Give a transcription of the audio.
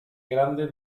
grande